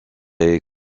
est